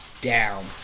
down